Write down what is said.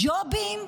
ג'ובים,